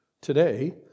Today